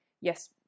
Yes